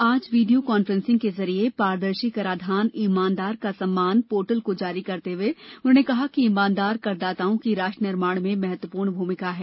आज video conferencing के जरिए पारदर्शी कराधान ईमानदार का सम्मान पोर्टल को जारी करते हुए उन्होंने कहा कि ईमानदार करदाताओं की राष्ट्र निर्माण में महत्वपूर्ण भूमिका है